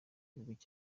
ry’igihugu